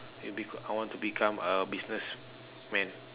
it'll be I want to become a businessman